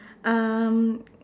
um